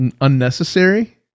unnecessary